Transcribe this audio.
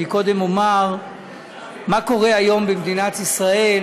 אני קודם אומר מה קורה היום במדינת ישראל